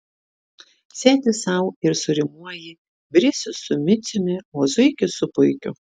sėdi sau ir surimuoji brisių su miciumi o zuikį su puikiu